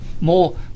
more